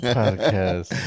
podcast